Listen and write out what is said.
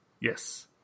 Yes